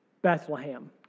Bethlehem